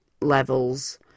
levels